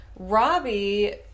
Robbie